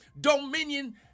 dominion